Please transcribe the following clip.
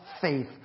faith